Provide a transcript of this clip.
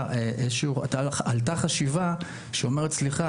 עלתה חשיבה שאמרה: סליחה,